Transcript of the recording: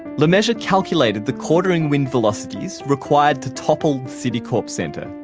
lemessurier calculated the quartering wind velocities required to topple citicorp center.